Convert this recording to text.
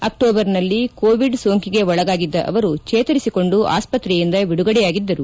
ಅಕ್ಟೋಬರ್ನಲ್ಲಿ ಕೋವಿಡ್ ಸೋಂಕಿಗೆ ಒಳಗಾಗಿದ್ದ ಅವರು ಚೇತರಿಸಿಕೊಂಡು ಆಸ್ಪತ್ರೆಯಿಂದ ಬಿಡುಗಡೆ ಯಾಗಿದ್ದರು